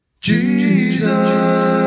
Jesus